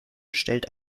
stellte